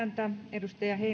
edustaja